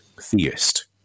theist